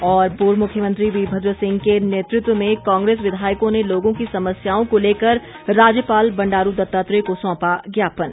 और पूर्व मुख्यमंत्री वीरभद्र सिंह के नेतृत्व में कांग्रेस विधायकों ने लोगों की समस्याओं को लेकर राज्यपाल बंडारू दत्तात्रेय को सौंपा ज्ञापन